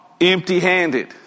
empty-handed